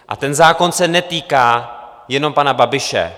A ten zákon se netýká jenom pana Babiše.